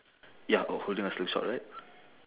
ya uh holding a slingshot right